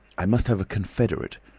i must have a confederate.